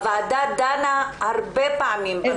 הוועדה דנה הרבה פעמים בנושא החינוך.